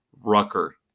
Rucker